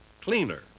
cleaner